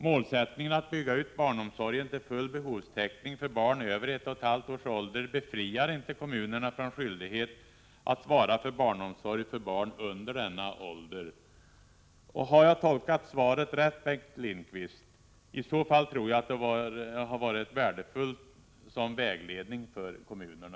Målsättningen att bygga ut barnomsorgen till full behovstäckning för barn över ett och ett halvt års ålder befriar inte kommunerna från skyldighet att svara för barnomsorg för barn under denna ålder. Har jag tolkat svaret rätt, Bengt Lindqvist? I så fall tror jag att det har varit värdefullt som vägledning för kommunerna.